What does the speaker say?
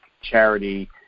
charity